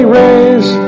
raise